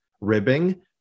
ribbing